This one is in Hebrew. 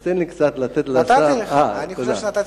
אז תן לי קצת לתת לשר, אני חושב שנתתי לך.